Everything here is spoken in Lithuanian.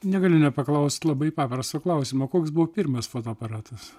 negaliu nepaklaust labai paprasto klausimo koks buvo pirmas fotoaparatas